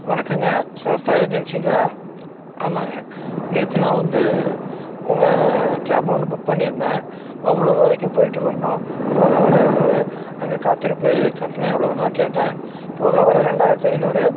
வணக்கங்க சாஸ்தா ஏஜென்சிங்களா ஆமாங்க நேற்று நான் வந்து உங்கள் கேப் ஒன்று புக் பண்ணியிருந்தேன் ஓமலூர் வரைக்கும் போயிட்டு வரணும் போக வர எவ்வளவு அங்கே காத்திருப்பு கட்டணம் எவ்வளவுனுலாம் கேட்டேன் போக வர ரெண்டாயிரத்தி ஐந்நூறு